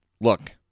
look